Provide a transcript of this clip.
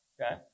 okay